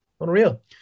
unreal